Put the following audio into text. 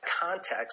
context